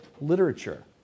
literature